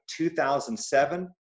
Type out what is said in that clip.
2007